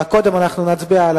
קודם נצביע על